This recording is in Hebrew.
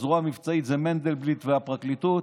הזרוע המבצעית זה מנדלבליט והפרקליטות,